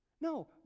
No